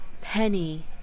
Penny